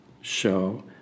show